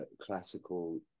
classical